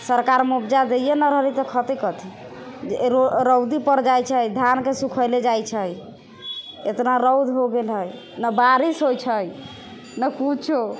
सरकार मुआवजा दैए नहि रहल हइ तऽ खेतै कथी रौदी पड़ जाइ छै धानके सुखैलऽ जाइ छै एतना रौद हो गेल हइ नहि बारिश होइ छै नहि किछु